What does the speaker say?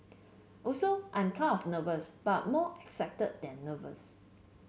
also I'm kind of nervous but more excited than nervous